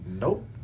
Nope